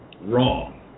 wrong